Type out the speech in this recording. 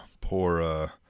Poor